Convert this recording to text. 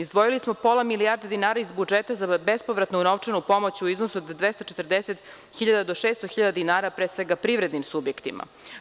Izdvojili smo pola milijarde dinara iz budžeta za bespovratnu novčanu pomoć u iznosu od 240.000 do 600.000 dinara, pre svega privrednim subjektima.